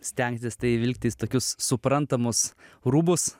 stengtis tai įvilkti į tokius suprantamus rūbus